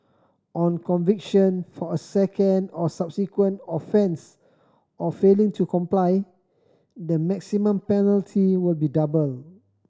on conviction for a second or subsequent offence of failing to comply the maximum penalty will be doubled